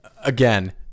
again